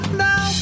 now